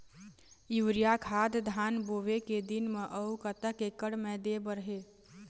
Urea खाद धान बोवे के दिन म अऊ कतक एकड़ मे दे बर हे?